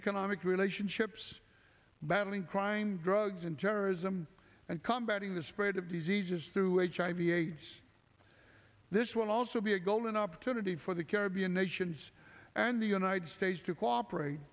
economic relationships battling crime drugs and terrorism and combating the spread of diseases through the aids this will also be a golden opportunity for the caribbean nations and the united states to cooperate